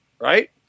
right